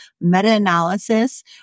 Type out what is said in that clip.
meta-analysis